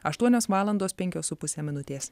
aštuonios valandos penkios su puse minutės